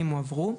אם הועברו.